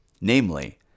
Namely